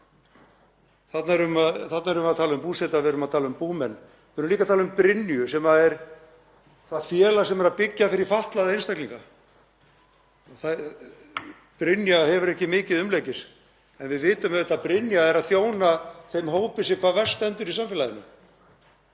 Þarna erum við að tala um Búseta og við erum að tala um Búmenn. Við erum líka að tala um Brynju sem er félag sem er að byggja fyrir fatlaða einstaklinga. Brynja hefur ekki mikið umleikis en við vitum auðvitað að félagið þjónar þeim hópi sem hvað verst stendur í samfélaginu